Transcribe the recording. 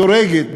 מדורגת,